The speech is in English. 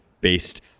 based